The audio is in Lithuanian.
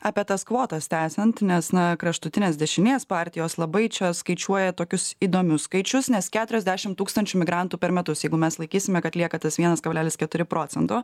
apie tas kvotas tęsiant nes na kraštutinės dešinės partijos labai čia skaičiuoja tokius įdomius skaičius nes keturiasdešimt tūkstančių migrantų per metus jeigu mes laikysime kad lieka tas vienas kablelis keturi procento